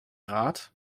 rat